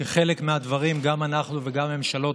כי בחלק מהדברים גם אנחנו וגם ממשלות